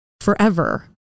forever